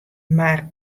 mar